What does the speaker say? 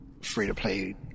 free-to-play